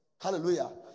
Hallelujah